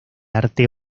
arte